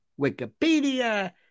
Wikipedia